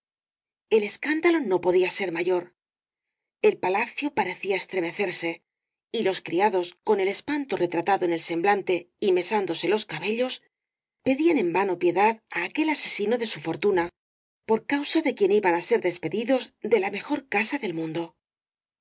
el escándalo no podía ser mayor el palacio parecía estremecerse y los criados con el espanto retratado en el semblante y mesándose los cabellos pedían en vano piedad á aquel asesino de su fortuna por causa de quien iban á ser despedidos de la mejor casa del mundo